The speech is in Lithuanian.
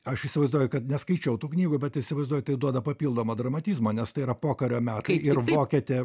aš įsivaizduoju kad neskaičiau tų knygų bet įsivaizduoju tai duoda papildomo dramatizmo nes tai yra pokario metai ir vokietė